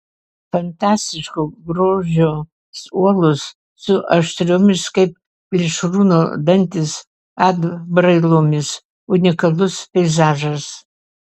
fantastiško grožio uolos su aštriomis kaip plėšrūno dantys atbrailomis unikalus peizažas